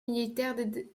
militaires